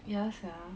ya sia